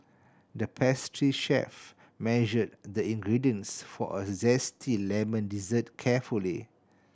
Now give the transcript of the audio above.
the pastry chef measured the ingredients for a zesty lemon dessert carefully